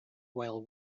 while